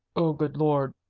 oh, good lord!